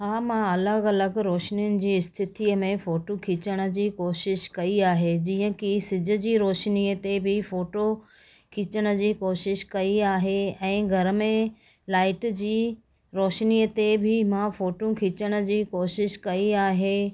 हा मां अलॻि अलॻि रोशनियुनि जी स्थितीअ में फ़ोटू खिचण जी कोशिश कई आहे जीअं कि सिॼ जी रोशनीअ ते बि फ़ोटो खिचण जी कोशिश कई आहे ऐं घर में लाइट जी रोशनीअ ते बि मां फ़ोटू खिचण जी कोशिश कई आहे